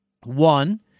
One